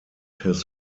his